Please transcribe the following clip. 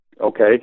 okay